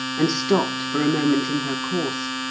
and stopped for a moment in her course.